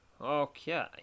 Okay